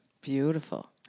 Beautiful